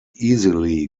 easily